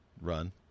Run